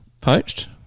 poached